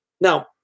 Now